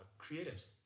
creatives